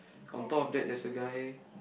on top of that there's a guy